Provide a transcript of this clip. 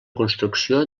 construcció